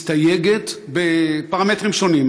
מסתייגת, בפרמטרים שונים.